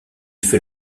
fait